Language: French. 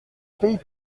pays